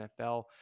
NFL